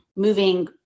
moving